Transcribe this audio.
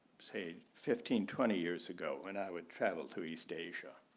say fifteen, twenty years ago when i would travel to east asia.